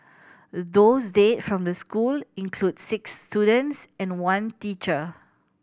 those dead from the school include six students and one teacher